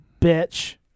bitch